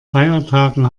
feiertagen